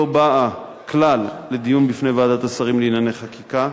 לא באה כלל לדיון בפני ועדת השרים לענייני חקיקה,